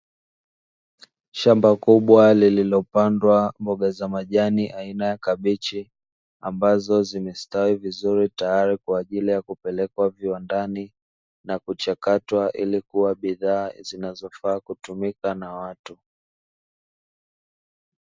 Shamba kubwa lililopandwa mboga za majani aina ya kabichi, ambazo zimestawi vizuri tayari kwa ajili ya kupelekwa viwandani na kuchakatwa ili kuwa bidhaa zinazofaa kutumika na watu.